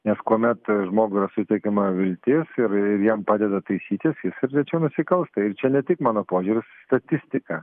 nes kuomet žmogui yra suteikiama viltis ir ir jam padeda taisytis jis ir rečiau nusikalsta ir čia ne tik mano požiūris statistika